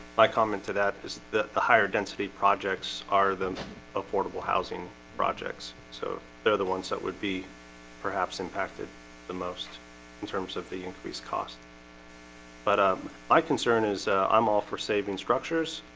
my comment to that is that the higher density projects are the affordable housing projects so they're the ones that would be perhaps impacted the most in terms of the increased cost but ah, um my concern is i'm all for saving structures